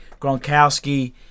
Gronkowski